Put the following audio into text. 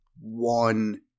one